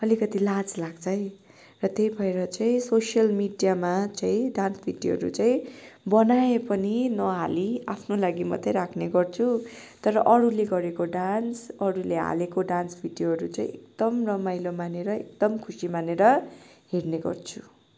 अलिकति लाज लाग्छ है र त्यही भएर चाहिँ सोसियल मिडियामा चाहिँ डान्स भिडियोहरू चाहिँ बनाए पनि नहाली आफ्नो लागि मात्र राख्ने गर्छु तर अरूले गरेको डान्स अरूले हालेको डान्स भिडियोहरू चाहिँ एकदम रमाइलो मानेर एकदम खुसी मानेर हेर्ने गर्छु